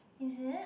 is it